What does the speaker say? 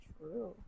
true